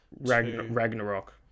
Ragnarok